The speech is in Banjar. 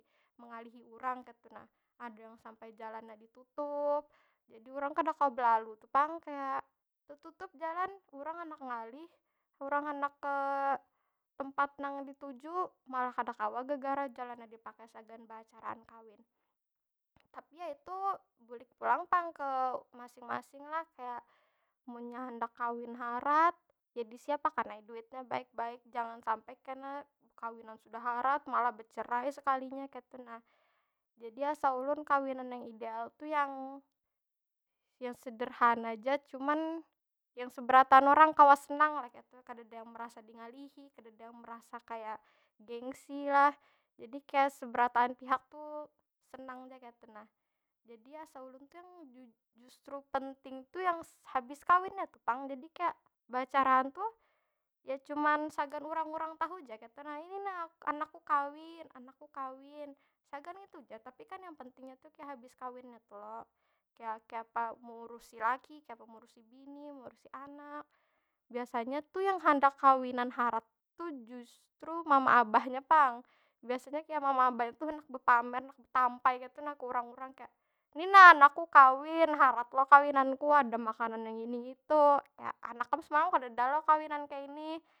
Mengalihi urang kaytu nah. Ada yang sampai jalannya ditutup. Jadi urang kada kawa belalu tu pang, kaya tetutup jalan. Urang handak ngalih, urang handak ke tempat nang dituju malah kada kawa gegara jalannya di pakai sagan baacaraan kawin. Tapi ya itu, bulik pulang pang ke masing- masing lah. Kaya, munnya handak kawin harat jadi siap akan ai duitnya baik- baik jangan sampai kena kawinan sudah harat malah becerai sekalinya kaytu nah. Jadi asa ulun kawinan nang ideal tu yang, yang sederhana ja cuman, yang seberataan orang kawa senang lah kaytu. Kadeda yang merasa dingalihi, kadeda yang merasa kaya gengsi lah. Jadi kaya seberataan pihak tu senang ja kaytu nah. Jadi asa ulun tu yang ju- justru penting tu yang habis kawinnya tu pang. Jadi kaya baacaraan tu, ya cuman sagan urang- urang tahu ja kaytu nah. Ini nah anakku kawin, anakku kawin. Sagan ngitu ja, tapi kan yang pentingnya tu kaya habis kawinnya tu lo. Kaya kaayapa meurusi laki, kayapa meurusi bini, meurusi anak. Biasanya tu yang handak kawinan harat tu justru mama abahnya pang. Biasanya kaya mama abahnya tu handak bepamer, handak betampai kaytu nah ke urang- urang. Kaya, ni nah anakku kawin. Harat lo kawinanku ada makanan yang ini itu. Kaya, anak kam semalam kadeda lo kawinan kaya ini?